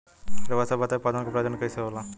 रउआ सभ बताई पौधन क प्रजनन कईसे होला?